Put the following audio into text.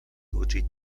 loĝi